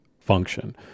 function